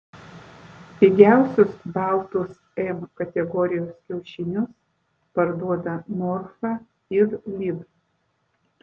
pigiausius baltus m kategorijos kiaušinius parduoda norfa ir lidl